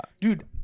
Dude